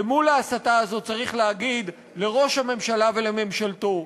ומול ההסתה הזאת צריך להגיד לראש הממשלה ולממשלתו: